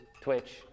Twitch